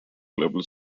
global